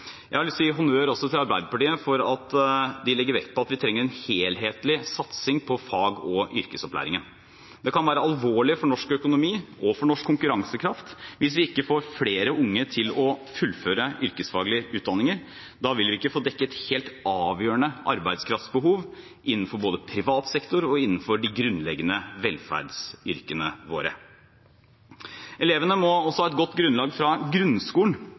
Jeg har også lyst til å gi honnør til Arbeiderpartiet for at de legger vekt på at vi trenger en helhetlig satsing på fag- og yrkesopplæringen. Det kan være alvorlig for norsk økonomi og for konkurransekraft hvis vi ikke får flere unge til å fullføre yrkesfaglige utdanninger, for da vil vi ikke få dekket helt avgjørende arbeidskraftsbehov innenfor både privat sektor og de grunnleggende velferdsyrkene våre. Elevene må også ha et godt grunnlag fra grunnskolen,